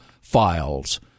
Files